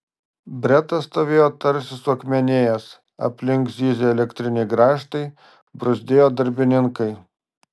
bretas stovėjo tarsi suakmenėjęs aplink zyzė elektriniai grąžtai bruzdėjo darbininkai